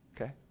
Okay